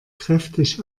kräftig